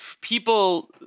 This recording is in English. people